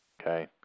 Okay